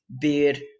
beard